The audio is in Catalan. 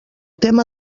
tema